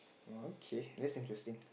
oh okay that's interesting